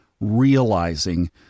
realizing